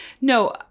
No